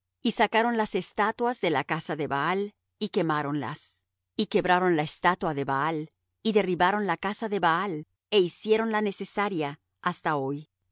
y sacaron las estatuas de la casa de baal y quemáronlas y quebraron la estatua de baal y derribaron la casa de baal é hiciéronla necesaria hasta hoy